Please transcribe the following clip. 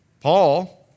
Paul